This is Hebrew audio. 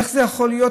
איך זה יכול להיות?